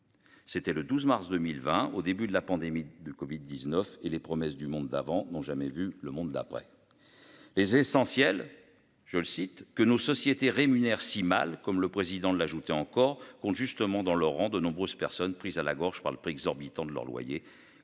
C'était le 12 mars 2020 au début de la pandémie de Covid-19 et les promesses du monde d'avant n'ont jamais vu le monde d'après. Les essentiel. Je le cite, que nos sociétés rémunère si mal comme le président de l'ajouter encore compte justement dans le rang, de nombreuses personnes prises à la gorge par le prix exorbitant de leur loyer